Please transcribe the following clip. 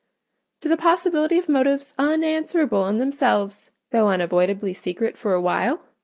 to the possibility of motives unanswerable in themselves, though unavoidably secret for a while?